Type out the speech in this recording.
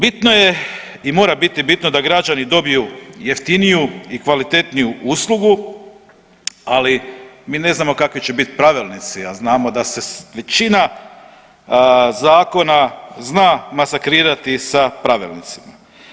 Bitno je i mora biti bitno da građani dobiju jeftiniju i kvalitetniju uslugu, ali mi ne znamo kakvi će bit pravilnici, a znamo da se većina zakona zna masakrirati sa pravilnicima.